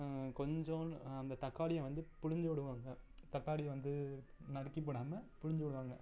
கொஞ்சோண்டு அந்த தக்காளியை வந்து பிழிஞ்சிவிடுவாங்க தக்காளி வந்து நறுக்கி போடாமல் பிழிஞ்சிவிடுவாங்க